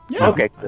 Okay